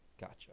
Gotcha